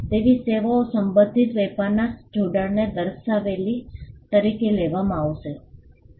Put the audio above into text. તેવી સેવાઓ સંભવિત વેપારના જોડાણને દર્શાવેલ તરીકે લેવામાં આવશે